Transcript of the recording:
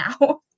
now